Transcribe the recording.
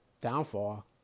downfall